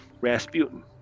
Rasputin